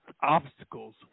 obstacles